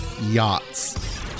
yachts